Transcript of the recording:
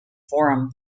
forum